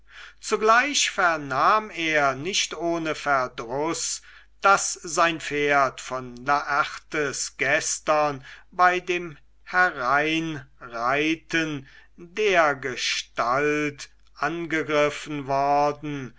zugleich vernahm er nicht ohne verdruß daß sein pferd von laertes gestern bei dem hereinreiten dergestalt angegriffen worden